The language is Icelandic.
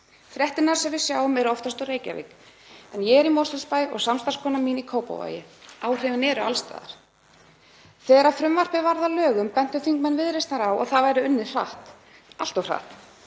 Fréttirnar sem við sjáum eru oftast úr Reykjavík en ég er í Mosfellsbæ og samstarfskona mín í Kópavogi. Áhrifin eru alls staðar. Þegar frumvarpið varð að lögum bentu þingmenn Viðreisnar á að það væri unnið hratt, allt of hratt.